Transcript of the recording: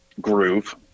groove